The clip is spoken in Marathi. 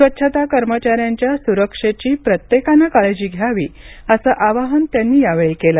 स्वच्छता कर्मचाऱ्यांच्या सुरक्षेची प्रत्येकानं काळजी घ्यावी असं आवाहन त्यांनी यावेळी केलं